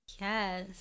yes